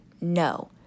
No